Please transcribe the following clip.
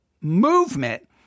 movement